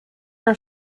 are